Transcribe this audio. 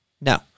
No